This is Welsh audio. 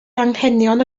anghenion